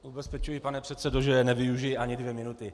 Ubezpečuji, pane předsedo, že nevyužiji ani dvě minuty.